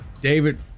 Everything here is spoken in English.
David